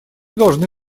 должны